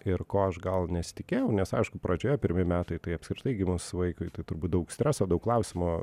ir ko aš gal nesitikėjau nes aišku pradžioje pirmi metai tai apskritai gimus vaikui tai turbūt daug streso daug klausimų